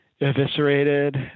eviscerated